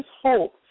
hope